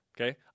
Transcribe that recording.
Okay